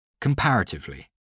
comparatively